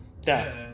death